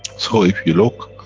so if you look,